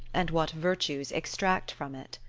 and what virtues extract from it.